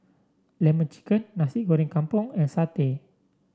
lemon chicken Nasi Goreng Kampung and satay